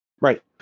right